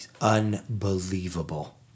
unbelievable